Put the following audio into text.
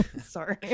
sorry